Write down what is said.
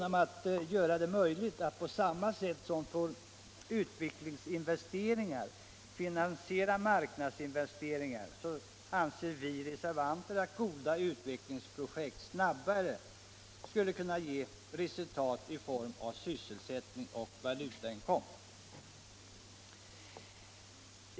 Om det blir möjligt att finansiera marknadsinvesteringar på samma sätt som utvecklingsinvesteringar skulle, anser vi reservanter, goda utvecklingsprojekt snabbare kunna ge resultat i form av sysselsättning och valutainkomster.